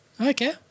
Okay